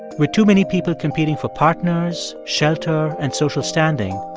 with too many people competing for partners, shelter and social standing,